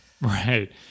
right